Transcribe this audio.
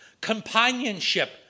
companionship